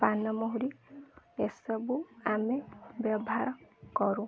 ପାନ ମହୁରି ଏସବୁ ଆମେ ବ୍ୟବହାର କରୁ